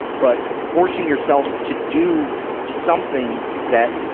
but forcing yourself to do something that,